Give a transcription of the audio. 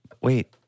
wait